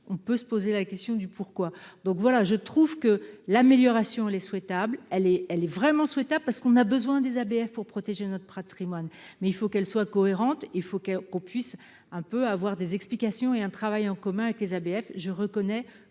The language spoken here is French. on peut se poser la question du pourquoi donc voilà, je trouve que l'amélioration les souhaitable, elle est, elle est vraiment souhaitable parce qu'on a besoin des ABF pour protéger notre Pratt Rimons mais il faut qu'elle soit cohérente, il faut qu'on puisse un peu à avoir des explications et un travail en commun avec les ABF, je reconnais